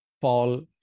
Paul